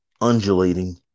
undulating